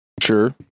Sure